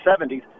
1970s